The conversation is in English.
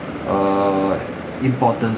err important